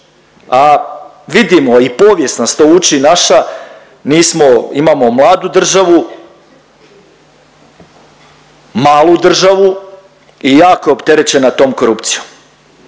a vidimo i povijest nas to uči naša, nismo, imamo mladu državu, malu državu i jako opterećena tom korupcijom.